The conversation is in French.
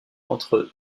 entre